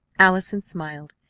allison smiled,